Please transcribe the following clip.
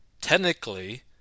technically